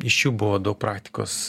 iš jų buvo daug praktikos